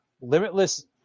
limitless